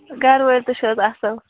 گَرٕ وٲلۍ تہِ چھِ حظ اَصٕل